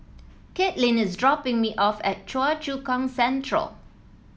Katelin is dropping me off at Choa Chu Kang Central